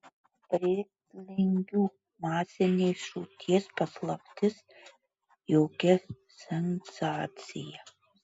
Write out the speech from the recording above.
brėtlingių masinės žūties paslaptis jokia sensacija